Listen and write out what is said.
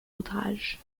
outrage